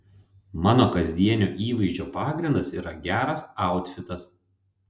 mano kasdienio įvaizdžio pagrindas yra geras autfitas